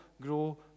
grow